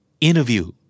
Interview